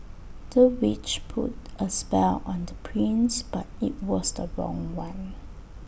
the witch put A spell on the prince but IT was the wrong one